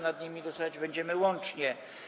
Nad nimi głosować będziemy łącznie.